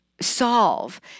solve